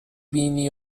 بینی